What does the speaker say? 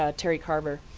ah terry carver.